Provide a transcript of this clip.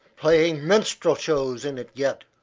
playing minstrel shows in it yet,